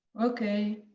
okay.